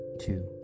Two